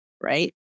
right